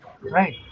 right